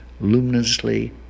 luminously